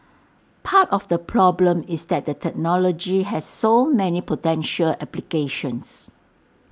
part of the problem is that the technology has so many potential applications